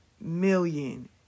million